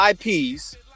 IPs